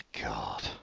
God